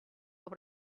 able